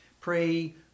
Pray